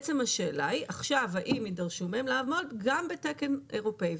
השאלה היא האם עכשיו הם נדרשים לעמוד גם בתקן אירופי.